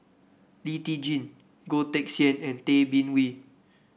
Lee Tjin Goh Teck Sian and Tay Bin Wee